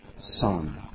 Son